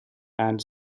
and